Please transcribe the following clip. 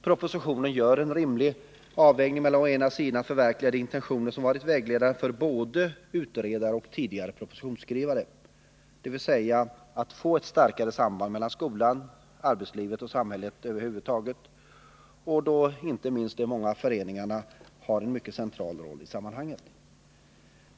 Propositionen gör en rimlig avvägning när det gäller att förverkliga de intentioner som varit vägledande för både utredare och tidigare propositionsskrivare. Det gäller alltså att få ett starkare samband mellan skolan, arbetslivet och samhället över huvud taget. Där har inte minst de många föreningarna en mycket central roll.